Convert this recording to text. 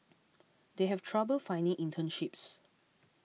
they have trouble finding internships